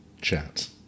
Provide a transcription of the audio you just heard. Chat